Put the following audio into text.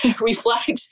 Reflect